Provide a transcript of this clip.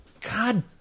God